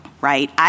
right